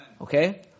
Okay